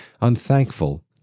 unthankful